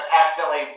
accidentally